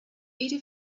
eighty